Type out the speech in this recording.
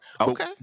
Okay